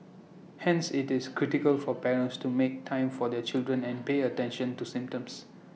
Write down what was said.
hence IT is critical for parents to make time for their children and pay attention to symptoms